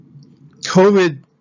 COVID